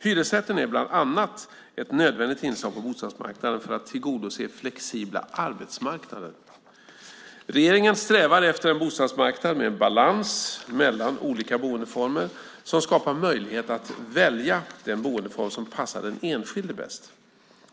Hyresrätten är bland annat ett nödvändigt inslag på bostadsmarknaden för att tillgodose flexibla arbetsmarknader. Regeringen strävar efter en bostadsmarknad med en balans mellan olika boendeformer som skapar möjligheter att välja den boendeform som passar den enskilde bäst.